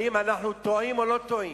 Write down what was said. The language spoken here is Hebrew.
האם אנחנו טועים או לא טועים?